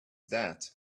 that